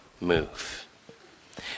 move